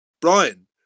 Brian